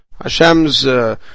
Hashem's